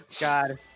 God